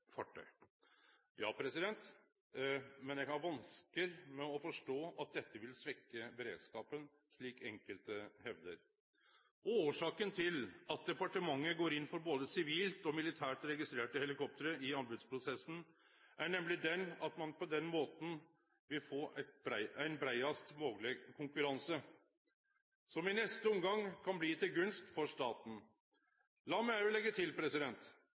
Ja – men eg har vanskar med å forstå at dette vil svekkje beredskapen, slik enkelte hevdar. Årsaka til at departementet går inn for både sivilt og militært registrerte helikopter i anbodsprosessen, er nemleg at ein på den måten vil ein få ein breiast mogleg konkurranse, som i neste omgang kan bli til gunst for staten. Lat meg òg leggje til